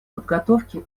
подготовки